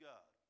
God